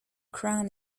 crown